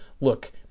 Look